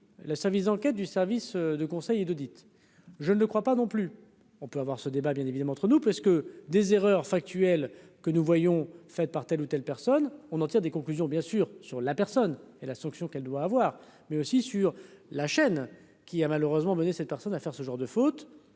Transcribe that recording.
le service d'enquête du service de conseil et d'audit, je ne le crois pas, non plus, on peut avoir ce débat bien évidemment entre nous parce que des erreurs factuelles que nous voyons faites par telle ou telle personne, on en tire des conclusions bien sûr sur la personne et la sanction qu'elle doit avoir, mais aussi sur la chaîne qui a malheureusement cette personne à faire ce genre de fautes,